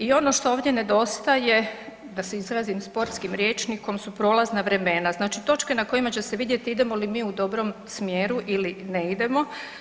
I ono što ovdje nedostaje, da se izrazim sportskim rječnikom, su prolazna vremena, znači točke na kojima će se vidjeti idemo li mi u dobrom smjeru ili ne idemo.